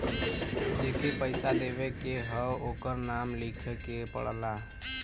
जेके पइसा देवे के हौ ओकर नाम लिखे के पड़ला